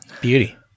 Beauty